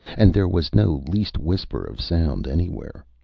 and there was no least whisper of sound anywhere.